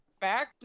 fact